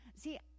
See